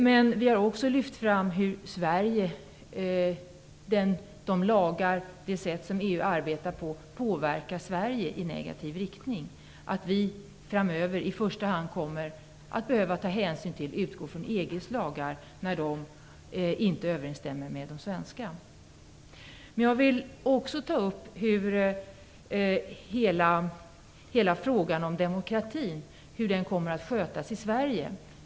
Men vi har också lyft fram att det sätt som EU arbetar på påverkar Sverige i negativ riktning. Framöver kommer vi att få utgå från EG:s lagar när de inte överensstämmer med de svenska. Jag vill också ta upp hur frågan om hur demokratin kommer att handhas i Sverige.